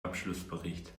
abschlussbericht